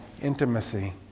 intimacy